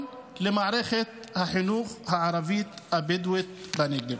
למערכת החינוך הערבית הבדואית בנגב.